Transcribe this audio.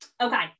okay